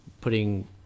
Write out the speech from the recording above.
putting